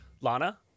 Lana